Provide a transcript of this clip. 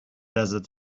desert